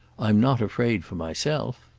i'm not afraid for myself.